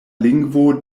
lingvo